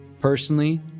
Personally